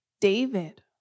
David